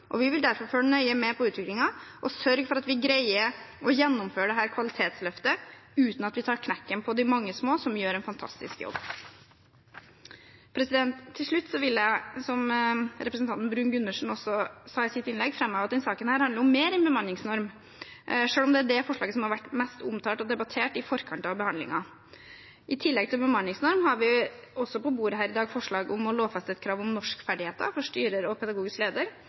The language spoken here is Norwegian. Vi vil derfor følge nøye med på utviklingen og sørge for at vi greier å gjennomføre dette kvalitetsløftet uten at vi tar knekken på de mange små som gjør en fantastisk jobb. Til slutt vil jeg, som representanten Bruun-Gundersen også gjorde i sitt innlegg, framheve at denne saken handler om mer enn bemanningsnorm, selv om det er det forslaget som har vært mest omtalt og debattert i forkant av behandlingen. I tillegg til bemanningsnorm har vi på bordet her i dag forslag om å lovfeste et krav om norskferdigheter for styrer og pedagogisk leder